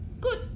Good